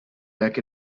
deck